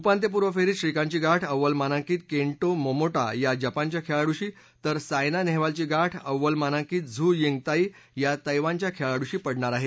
उपांत्यपूर्व फेरीत श्रीकांतची गाठ अव्वल मानांकित केंटो मोमोटा या जपानच्या खेळाडूशी तर सायना नेहवालची गाठ अव्वल मानांकित झू यिंग ताई या तघ्रीनच्या खेळाडूशी पडणार आहे